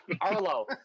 Arlo